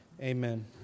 Amen